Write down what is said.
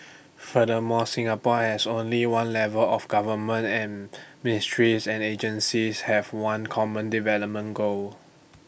furthermore Singapore has only one level of government and ministries and agencies have one common development goal